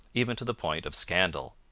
even to the point of scandal.